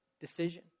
decision